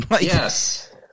Yes